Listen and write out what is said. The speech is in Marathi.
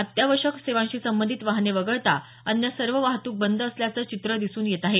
अत्यावश्यक सेवांशी संबंधित वाहने वगळता अन्य सर्व वाहतूक बंद असल्याचं चित्र दिसून येत आहे